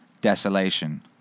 desolation